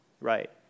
Right